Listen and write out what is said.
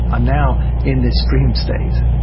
i'm now in this dream state,